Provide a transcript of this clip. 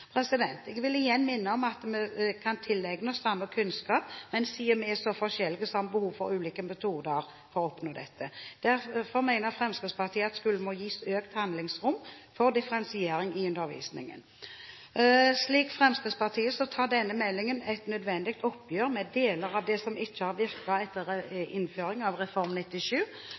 Jeg vil igjen minne om at vi kan tilegne oss samme kunnskap, men siden vi er så forskjellige, har vi behov for ulike metoder for å oppnå dette. Derfor mener Fremskrittspartiet at skolene må gis økt handlingsrom for differensiering i undervisningen. Slik Fremskrittspartiet ser det, tar denne meldingen et nødvendig oppgjør med deler av det som ikke har virket etter innføringen av Reform 97.